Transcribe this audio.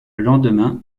lendemain